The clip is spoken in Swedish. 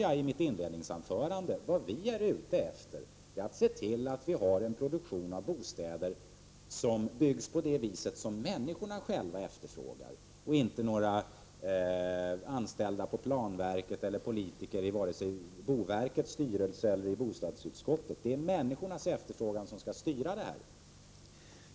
Jag sade i mitt inledningsanförande att vi moderater är ute efter att se till att det produceras bostäder som människorna efterfrågar, inte de anställda på planverket, politikerna i boverkets styrelse eller i bostadsutskottet. Det är människornas efterfrågan som skall styra.